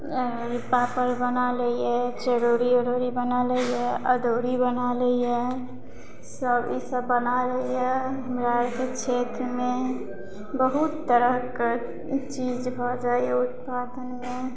पापड़ बना लैया चरौरी उरौरी बना लैया अदौरी बना लैया सब ई सब बना लैया हमरा आरके क्षेत्रमे बहुत तरहक चीज भऽ जाइया उत्पादनमे